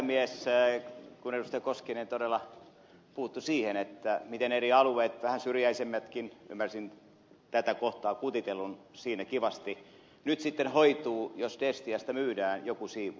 johannes koskinen todella puuttui siihen miten eri alueet vähän syrjäisemmätkin ymmärsin tätä kohtaa kutitellun siinä kivasti nyt sitten hoituu jos destiasta myydään joku siivu